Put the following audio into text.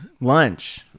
lunch